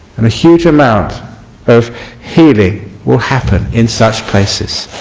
and a huge amount of healing will happen in such places.